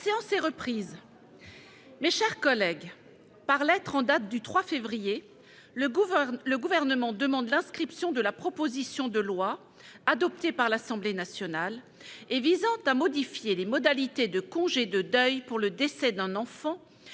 La séance est reprise. Mes chers collègues, par lettre en date du 3 février, le Gouvernement demande l'inscription de la proposition de loi, adoptée par l'Assemblée nationale, visant à modifier les modalités du congé de deuil pour le décès d'un enfant